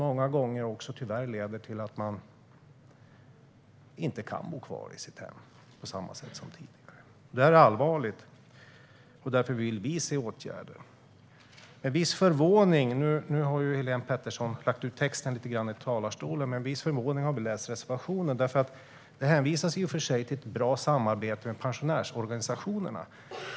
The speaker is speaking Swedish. Många gånger leder det tyvärr till att de inte kan bo kvar i sitt hem på samma sätt som tidigare. Det är allvarligt. Därför vill vi se åtgärder. Nu har Helene Petersson lagt ut texten lite grann i talarstolen. Men vi har med viss förvåning läst reservationen. Det hänvisas i och för sig till ett bra samarbete med pensionärsorganisationerna.